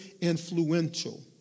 influential